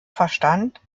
verstand